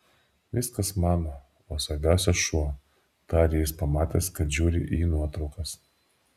viskas mano o svarbiausia šuo tarė jis pamatęs kad žiūriu į nuotraukas